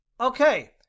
Okay